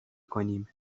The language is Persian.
کنیم